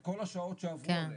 את כל השעות שעברו עליהם,